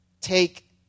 take